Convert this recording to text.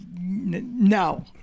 no